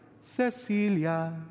Cecilia